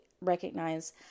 recognize